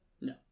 No